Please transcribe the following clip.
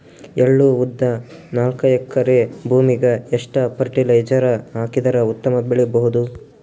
ಎಳ್ಳು, ಉದ್ದ ನಾಲ್ಕಎಕರೆ ಭೂಮಿಗ ಎಷ್ಟ ಫರಟಿಲೈಜರ ಹಾಕಿದರ ಉತ್ತಮ ಬೆಳಿ ಬಹುದು?